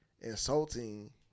insulting